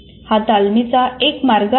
हा तालमीचा एक मार्ग आहे